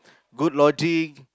good lodging